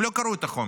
הם לא קראו את החומר,